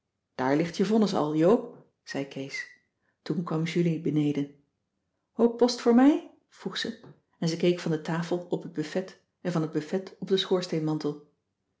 daar ligt je vonnis al joop zei kees toen kwam julie beneden ook post voor mij vroeg ze en ze keek van de tafel op het buffet en van het buffet op den